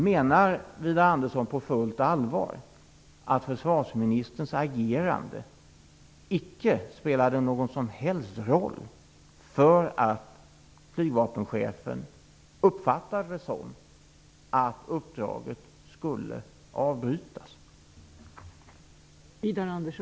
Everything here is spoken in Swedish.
Menar Widar Andersson på fullt allvar att försvarsministerns agerande icke spelade någon som helst roll när flygvapenchefen uppfattade det som att uppdraget skulle avbrytas?